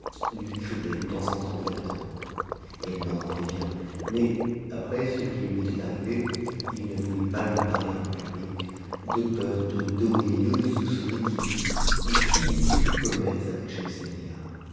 lui criait de temps en temps de l'attendre ii l'entendait bien mais après ce qui lui était arrivé il ne voulait pas lui parler en public de peur de donner lieu de soupçonner qu'il eût ou qu'il eût eu commerce avec